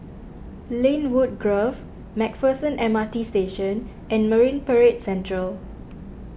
Lynwood Grove MacPherson M R T Station and Marine Parade Central